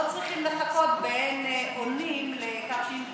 צריכים לחכות באין אונים לכך שאם וכאשר,